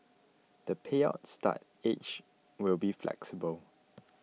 the payout start age will be flexible